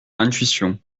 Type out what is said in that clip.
intuition